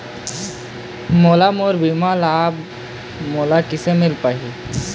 मोला मोर बीमा के लाभ मोला किसे मिल पाही?